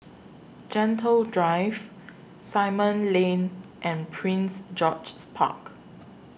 Gentle Drive Simon Lane and Prince George's Park